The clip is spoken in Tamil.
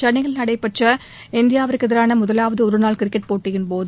சென்னையில் நடைபெற்ற இந்தியாவுக்கு எதிரான முதலாவது ஒருநாள் கிரிக்கெட் போட்டியின் போது